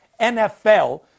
NFL